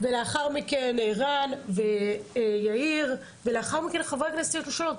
לאחר מכן רן ויאיר ולאחר מכן חברי הכנסת ישאלו שאלות.